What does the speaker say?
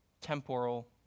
temporal